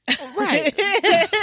Right